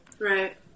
Right